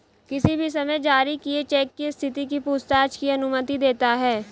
किसी भी समय जारी किए चेक की स्थिति की पूछताछ की अनुमति देता है